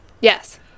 Yes